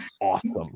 awesome